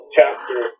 Chapter